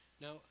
Now